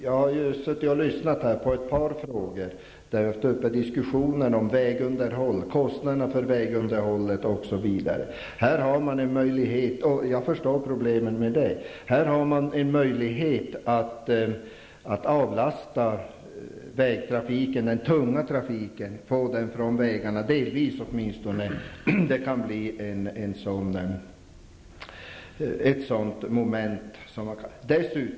Jag har suttit och lyssnat på ett par frågedebatter där man har diskuterat kostnaderna för vägunderhållet, osv. Jag förstår problemen med det. Men här har man en möjlighet att få den tunga trafiken från vägarna, åtminstone delvis.